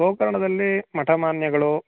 ಗೋಕರ್ಣದಲ್ಲಿ ಮಠಮಾನ್ಯಗಳು